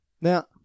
now